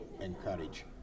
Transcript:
encourage